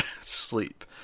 sleep